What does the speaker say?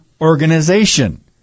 organization